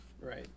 Right